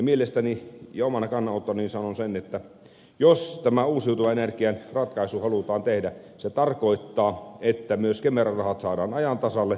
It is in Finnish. mielestäni ja omana kannanottonani sanon jos tämä uusiutuvan energian ratkaisu halutaan tehdä se tarkoittaa että myös kemera rahat saadaan ajan tasalle